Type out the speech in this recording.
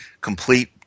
complete